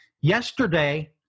yesterday